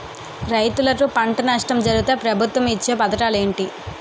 రైతులుకి పంట నష్టం జరిగితే ప్రభుత్వం ఇచ్చా పథకాలు ఏంటి?